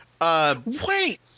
Wait